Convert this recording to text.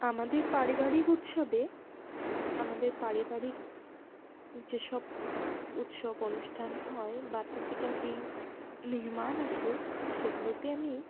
আমাদের পারিবারিক উৎসবে আমাদের পারিবারিক যে সব উৎসব অনুষ্ঠান হয় বা টুকিটাকি মেহমান আসে সেগুলোতে আমি